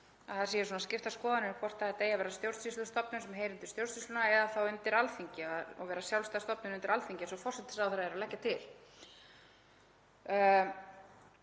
að það séu skiptar skoðanir um hvort þetta eigi að vera stjórnsýslustofnun sem heyri undir stjórnsýsluna eða þá undir Alþingi og vera sjálfstæð stofnun undir Alþingi eins og forsætisráðherra er að leggja til.